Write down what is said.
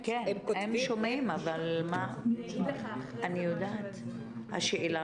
אבל אני בטוחה שהדברים